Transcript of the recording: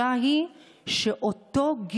חלב בשקית, הקוטג',